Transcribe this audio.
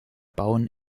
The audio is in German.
bauen